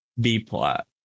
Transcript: B-plot